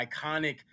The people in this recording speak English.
iconic